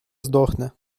здохне